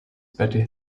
petty